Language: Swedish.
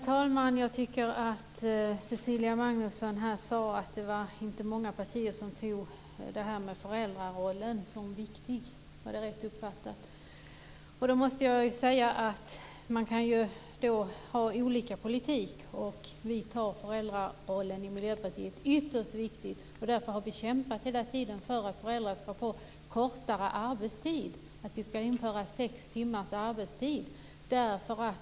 Herr talman! Cecilia Magnusson sade att det inte är många partier som ser föräldrarollen som viktig. Man kan ha olika politik, men vi ser i Miljöpartiet föräldrarollen som ytterst viktig. Därför har vi hela tiden kämpat för att föräldrar ska få kortare arbetstid, nämligen sex timmars arbetsdag.